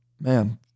man